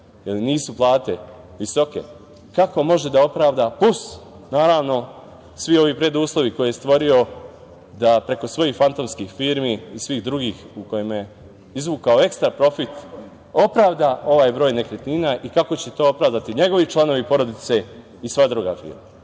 jer nisu plate visoke, kako može da opravda plus, naravno svi ovi preduslovi su stvorili da preko svojih fantomskih firmi i svih drugih u kojima je izvukao ekstra profit opravda ovaj broj nekretnina i kako će to opravdati njegovi članovi porodice i sva druga firma?